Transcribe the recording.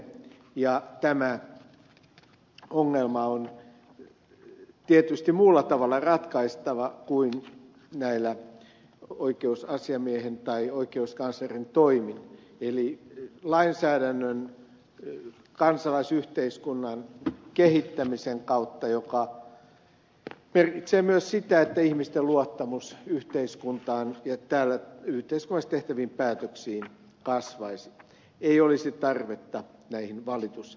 tämä ongelma on tietysti muulla tavalla ratkaistava kuin oikeusasiamiehen tai oikeuskanslerin toimin eli lainsäädännön kansalaisyhteiskunnan kehittämisen kautta mikä merkitsee myös sitä että ihmisten luottamus yhteiskuntaan ja täällä yhteiskunnallisesti tehtäviin päätöksiin kasvaisi ei olisi tarvetta näiden valitusmekanismien käyttöön